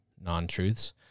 non-truths